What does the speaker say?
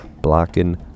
blocking